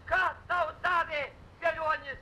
ką tau davė velionis